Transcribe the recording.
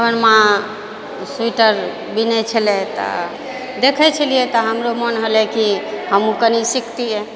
हमर माँ स्वीटर बिनै छलै तऽ देखै छलियै तऽ हमरो मोन होलै कि हमहूँ कनि सिखतियै